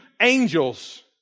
angels